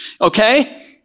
Okay